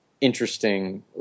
interesting